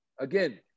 Again